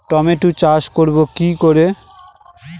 Tomato চাষ করব কি করে?